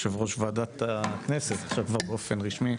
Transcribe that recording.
יושב-ראש ועדת הכנסת עכשיו כבר באופן רשמי.